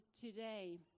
today